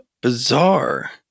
bizarre